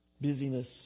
Busyness